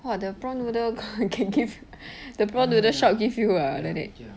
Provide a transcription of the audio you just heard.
!wah! the prawn noodle got can give the prawn noodle shop give you ah like that